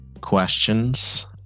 questions